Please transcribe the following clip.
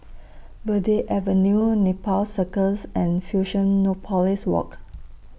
Verde Avenue Nepal Circus and Fusionopolis Walk